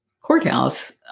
courthouse